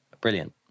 brilliant